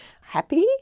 happy